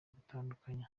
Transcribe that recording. gutandukanya